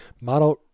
Model